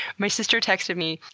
my sister texted me,